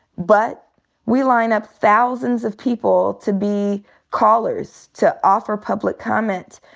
but we line up thousands of people to be callers to offer public comment,